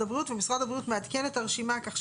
משרד הבריאות יעדכן לפי דיווחים כאמור שקיבל את הרשימה של